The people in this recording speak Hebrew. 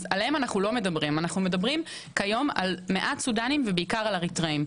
עליהם אנחנו לא מדברים אלא על מעט סודנים ובעיקר על אריתראים,